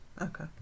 Okay